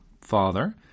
father